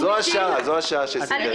זו השעה זו השעה של סינדרלה.